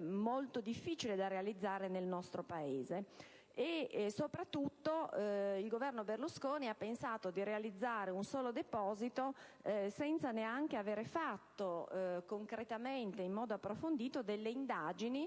molto difficile da realizzare nel nostro Paese. Soprattutto, il Governo Berlusconi ha pensato di realizzare un solo deposito senza neanche aver fatto concretamente e in modo approfondito delle indagini